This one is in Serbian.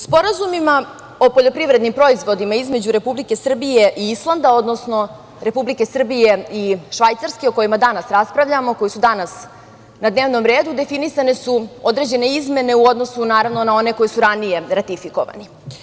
Sporazumima o poljoprivrednim proizvodima između Republike Srbije i Islanda, odnosno Republike Srbije i Švajcarske, o kojima danas raspravljamo, koji su danas na dnevnom redu, definisane su određene izmene u odnosu na one koje su ranije ratifikovani.